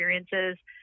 experiences